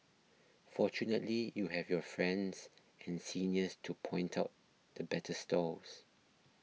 fortunately you have your friends and seniors to point out the better stalls